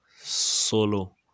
solo